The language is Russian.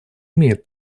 имеет